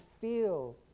feel